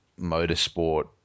motorsport